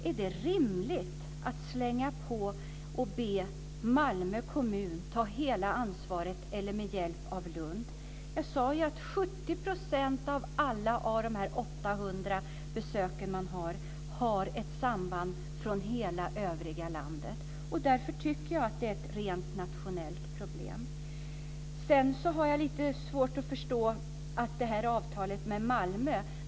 Är det då rimligt att be Malmö kommun ta hela det ansvaret - eventuellt med hjälp av Lund? Jag sade också att 70 % av alla de 800 besöken har ett samband med hela övriga landet. Därför tycker jag att detta är ett rent nationellt problem. Vidare har jag lite svårt att förstå avtalet med Malmö.